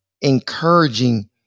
encouraging